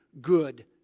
good